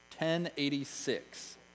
1086